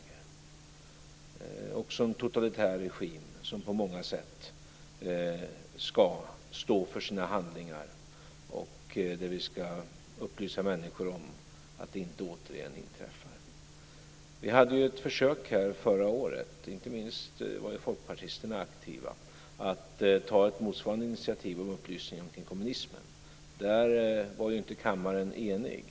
Det var också en totalitär regim som på många sätt ska stå för sina handlingar, och vi måste upplysa människor så att inte detta återigen inträffar. Vi gjorde ett försök förra året - inte minst folkpartisterna var aktiva - att ta ett motsvarande initiativ till upplysning omkring kommunismen. Där var inte kammaren enig.